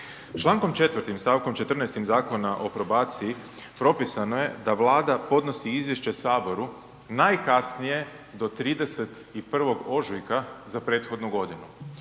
Člankom 4. stavkom 14. Zakona o probaciji propisano je da Vlada podnosi izvješće saboru najkasnije do 31. ožujka za prethodnu godinu.